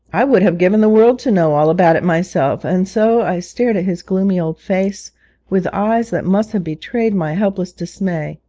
i would have given the world to know all about it myself, and so i stared at his gloomy old face with eyes that must have betrayed my helpless dismay.